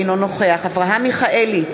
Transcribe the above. אינו נוכח אברהם מיכאלי,